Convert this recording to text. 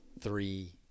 three